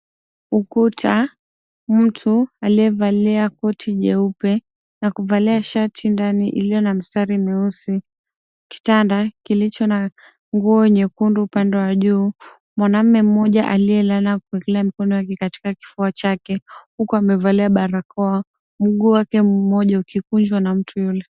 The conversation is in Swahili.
Ukuta, mtu aliyevalia koti jeupe na kuvalia shati ndani iliyo na mistari mieusi. Kitanda kilicho na nguo nyekundu upande wa juu. Mwanaume mmoja aliyelala na kuekelea mikono katika kifua chake huku amevalia barakoa mguu wake mmoja ukikunjwa na mtu yule.